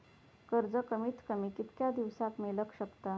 कर्ज कमीत कमी कितक्या दिवसात मेलक शकता?